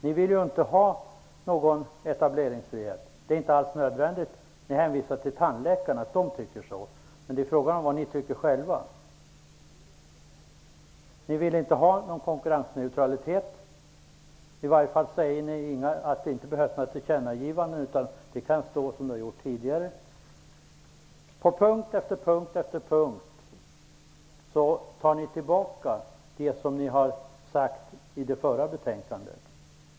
Ni vill ju inte ha någon etableringsfrihet -- det är inte alls nödvändigt. Ni hänvisar till att tandläkarna tycker så, men frågan är vad ni själva tycker. Ni vill inte ha konkurrensneutralitet. Ni säger i varje fall att det inte behöver göras några tillkännagivanden, utan att det kan vara som tidigare. På punkt efter punkt tar ni tillbaka det som ni sade i det förra betänkandet.